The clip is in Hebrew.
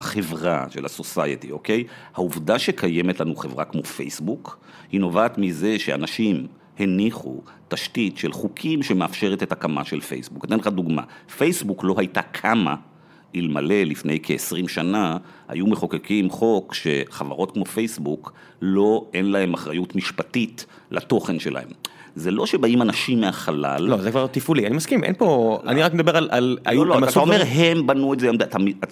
חברה של הסוסייטי, אוקיי? העובדה שקיימת לנו חברה כמו פייסבוק היא נובעת מזה שאנשים הניחו תשתית של חוקים שמאפשרת את הקמה של פייסבוק. אני אתן לך דוגמא. פייסבוק לא הייתה כמה אלמלא לפני כ-20 שנה, היו מחוקקים חוק שחברות כמו פייסבוק לא, אין להם אחריות משפטית לתוכן שלהם. זה לא שבאים אנשים מהחלל. לא, זה כבר תפעולי, אני מסכים, אין פה, אני רק מדבר על המסורת. אתה אומר הם בנו את זה, אני...